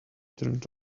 turned